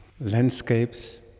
landscapes